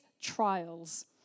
trials